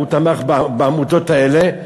תמך בעמותות האלה,